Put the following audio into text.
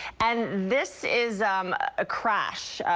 and this is um a a crash.